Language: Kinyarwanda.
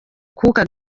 akuka